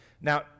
Now